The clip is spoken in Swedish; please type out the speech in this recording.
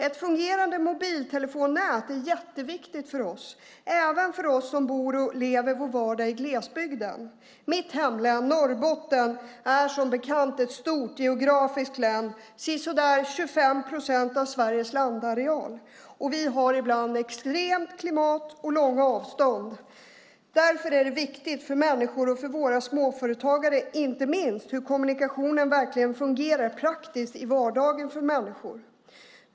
Ett fungerande mobiltelefonnät är jätteviktigt för oss, även för oss som bor och lever vår vardag i glesbygden. Mitt hemlän, Norrbotten, är som bekant ett geografiskt stort län, sisådär 25 procent av Sveriges landareal. Vi har ibland extremt klimat och långa avstånd. Därför är det viktigt för människor och för våra småföretagare, inte minst, hur kommunikationen verkligen fungerar praktiskt i vardagen för människor.